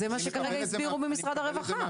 זה מה שכרגע הסבירו ממשרד הרווחה.